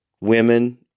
women